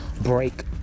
break